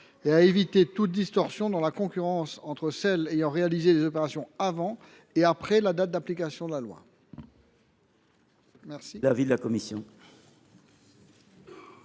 et d’éviter toute distorsion dans la concurrence entre celles ayant réalisé les opérations avant la date d’application de la loi et